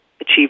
achieve